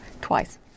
Twice